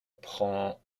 prend